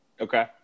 Okay